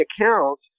account